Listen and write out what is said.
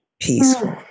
peaceful